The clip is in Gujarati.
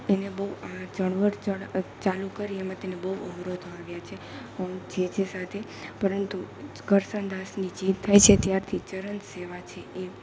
એને બહુ આ ચળવળ ચાલુ કરી એમાં તેને બહુ અવરોધો આવ્યાં છે એમ જેજે સાથે પરંતુ કરસનદાસની જીત થાય છે ત્યારથી ચરણ સેવા છે એ